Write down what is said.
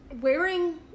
wearing